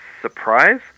surprise